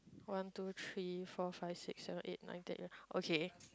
one two three four five six seven eight nine ten ya okay